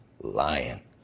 lying